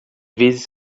vezes